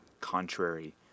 contrary